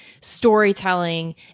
storytelling